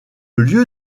lieu